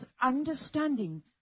understanding